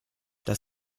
das